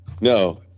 No